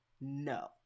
no